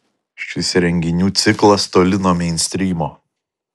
šis renginių ciklas toli nuo meinstrymo